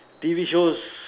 T_V shows